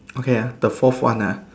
okay ah the forth one ah